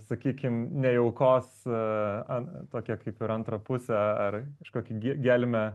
sakykim neaukos tokią kaip ir antrą pusę ar kažkokį gelmę